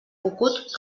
cucut